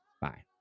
Bye